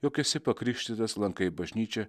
jog esi pakrikštytas lankai bažnyčią